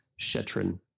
Shetron